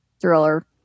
thriller